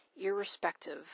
irrespective